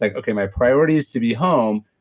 like okay my priority is to be home.